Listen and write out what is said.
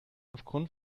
aufgrund